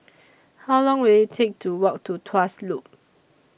How Long Will IT Take to Walk to Tuas Loop